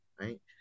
right